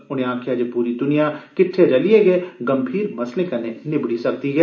उनें गलाया जे पूरी द्निया किट्ठे रलियै गै गंभीर मसलें कन्नै निब्बड़ी सकदी ऐ